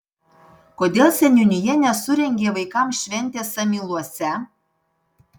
kodėl seniūnija nesurengė vaikams šventės samyluose